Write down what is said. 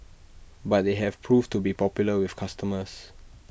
but they have proved to be popular with customers